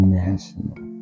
national